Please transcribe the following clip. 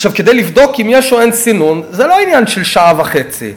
לבדוק אם יש או אין סינון זה לא עניין של שעה וחצי.